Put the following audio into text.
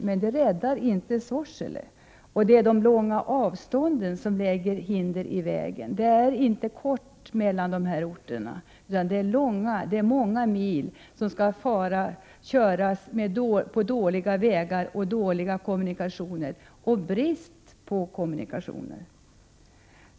Men detta räddar inte Sorsele. Det är de långa avstånden som lägger hinder i vägen. Det är inte korta avstånd mellan orterna, utan man måste köra många mil på dåliga vägar, och det är dåliga kommunikationer — och brist på kommunikationer.